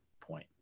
point